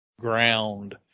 ground